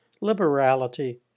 liberality